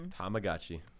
Tamagotchi